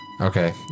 Okay